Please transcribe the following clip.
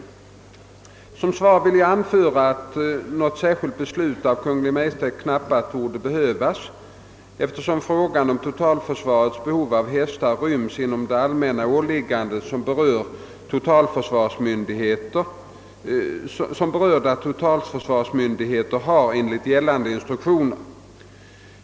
Såsom svar vill jag anföra, att något särskilt beslut av Kungl. Maj:t knappast torde behövas, eftersom frågan om totalförsvarets behov av hästar ryms inom de allmänna åligganden som berörda totalförsvarsmyndigheter har enligt gällande instruktioner.